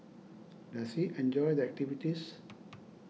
does he enjoy the activities